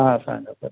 हा सांगा पत्ता